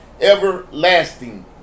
everlasting